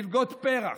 מלגות פר"ח,